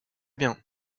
bien